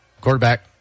Quarterback